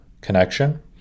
connection